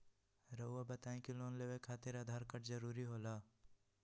रौआ बताई की लोन लेवे खातिर आधार कार्ड जरूरी होला?